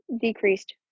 Decreased